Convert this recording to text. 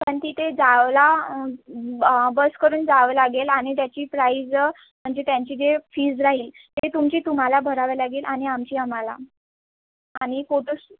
पण तिथे जायला ब बस करून जावं लागेल आणि त्याची प्राईज म्हणजे त्यांचे जी फीज राहील ती तुमची तुम्हाला भरावं लागेल आणि आमची आम्हाला आणि फोटो शू